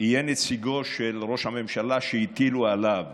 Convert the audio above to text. יהיה נציגו של ראש הממשלה שהטילו עליו